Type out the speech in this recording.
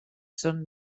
són